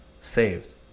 saved